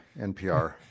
npr